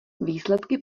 výsledky